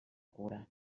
cura